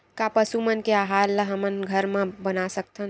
का पशु मन के आहार ला हमन घर मा बना सकथन?